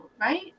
right